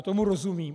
Tomu rozumím.